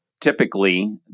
typically